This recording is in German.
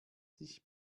sich